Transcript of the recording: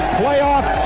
playoff